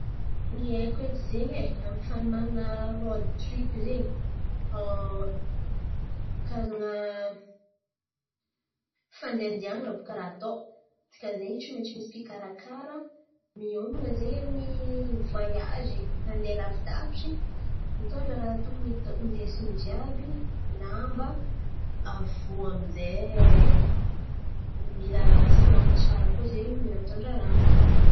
Ny haiko edy zen̈y e amy fan̈omanana raody tiripo zen̈y karazan̈a fandindihan̈ana bàka raha atao. Dikany zen̈y tsy maintsy misy mpikarakaraka. Mioman̈a zen̈y amin'ny vôiazy mandeha lavidavitry mitondra raha tokony atao indesiny jiàby, lamba. Aviô aminjay mila salama tsara koa zen̈y, mila mitondra rano.